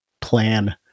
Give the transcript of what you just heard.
plan